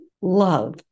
love